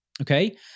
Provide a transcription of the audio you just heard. Okay